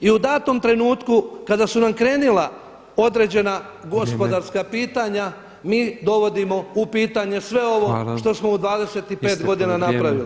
I u danom trenutku kada su nam krenula određena gospodarska pitanja mi dovodimo u pitanje sve ovo što smo u 25 godina napravili.